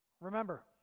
Remember